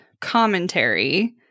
commentary